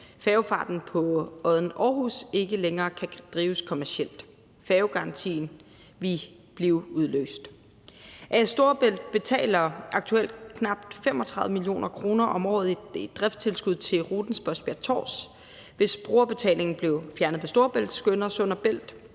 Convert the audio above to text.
færgefarten på Odden-Aarhus ikke længere kan drives kommercielt. Færgegarantien ville blive udløst. A/S Storebælt betaler aktuelt knap 35 mio. kr. om året i driftstilskud til ruten Spodsbjerg-Tårs. Hvis brugerbetalingen blev fjernet på Storebælt, skønner Sund & Bælt,